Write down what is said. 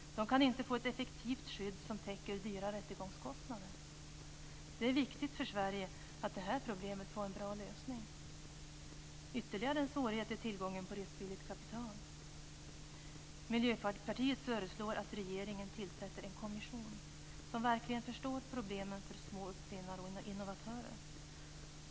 De kan inte få ett effektivt skydd som täcker höga rättegångskostnader. Det är viktigt för Sverige att detta problem får en bra lösning. Ytterligare en svårighet är tillgången på riskvilligt kapital. Miljöpartiet föreslår att regeringen tillsätter en kommission som verkligen förstår problemen för små uppfinnare och innovatörer.